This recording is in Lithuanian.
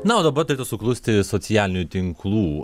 na o dabar turėtų suklusti socialinių tinklų